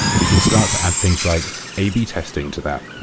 we can start to add things like a b testing to that.